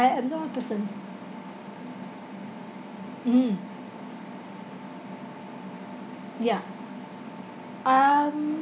know one person mm ya um